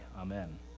Amen